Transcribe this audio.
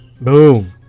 boom